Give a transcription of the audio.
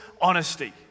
honesty